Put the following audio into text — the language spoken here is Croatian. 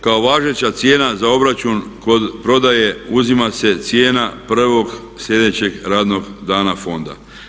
Kao važeća cijena za obračun kod prodaje uzima se cijena prvog sljedećeg radnog dana fonda.